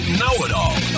know-it-all